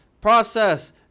process